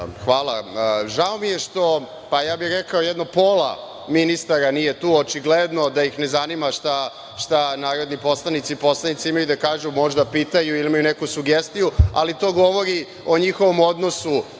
dan. Hvala, žao mi je što rekao bih, jedno pola ministara nije tu, očigledno da ih ne zanima šta narodni poslanici imaju da kažu, možda pitaju ili imaju neku sugestiju, ali to govori o njihovom odnosu